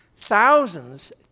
thousands